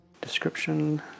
Description